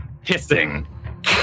Hissing